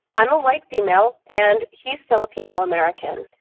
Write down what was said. i'm a white female, and he's filipino-american.